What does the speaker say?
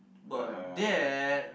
but that